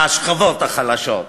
השכבות החלשות.